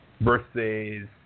versus